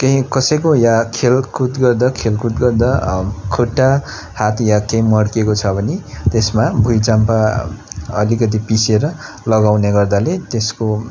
केही कसैको या खेलकुद गर्दा खेलकुद गर्दा खुट्टा हात या केही मर्किएको छ भनी त्यसमा भुइँचम्पा अलिकति पिसेर लगाउने गर्दाले त्यसको